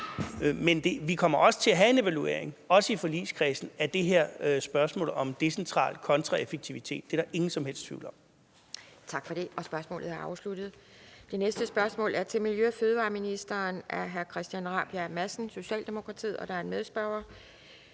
Men vi kommer også til at have en evaluering, også i forligskredsen, af det her spørgsmål om det decentrale contra det effektive – det er der ingen som helst tvivl om. Kl. 13:44 Formanden (Pia Kjærsgaard): Tak for det. Spørgsmålet er afsluttet. Det næste spørgsmål er til miljø- og fødevareministeren af hr. Christian Rabjerg Madsen, Socialdemokratiet. Fru Lea Wermelin,